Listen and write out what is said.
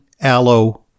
Aloe